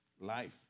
life